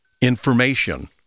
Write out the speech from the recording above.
information